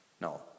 No